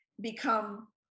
become